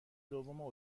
دوم